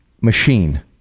machine